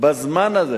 בזמן הזה